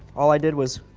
all i did was